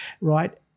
right